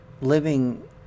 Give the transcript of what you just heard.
living